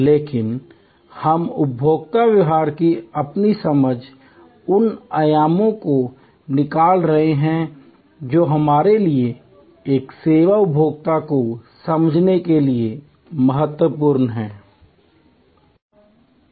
लेकिन हम उपभोक्ता व्यवहार की अपनी समझ उन आयामों को निकाल रहे हैं जो हमारे लिए एक सेवा उपभोक्ता को समझने के लिए महत्वपूर्ण हैं